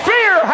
Fear